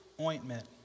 ointment